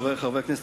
חברי חברי הכנסת,